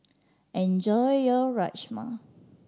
enjoy your Rajma